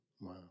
Wow